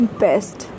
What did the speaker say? best